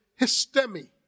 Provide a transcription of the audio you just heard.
histemi